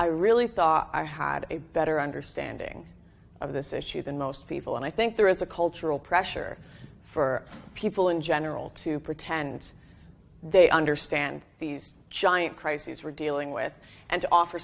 i really thought i had a better understanding of this issue than most people and i think there is a cultural pressure for people in general to pretend they understand these giant crises we're dealing with and offer